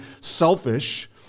selfish